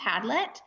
Padlet